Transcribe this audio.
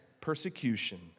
persecution